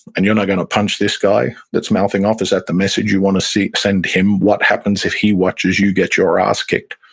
and you're now going to punch this guy that's mouthing off? is that the message you want to send him? what happens if he watches you get your ass kicked?